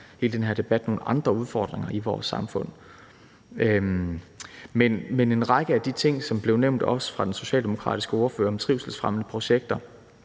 også afspejler nogle andre udfordringer i vores samfund. Men i forbindelse med en række af de ting, som også blev nævnt af den socialdemokratiske ordfører, om trivselsfremmende projekter